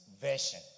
Version